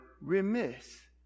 remiss